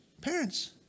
Parents